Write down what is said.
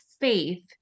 faith